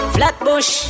Flatbush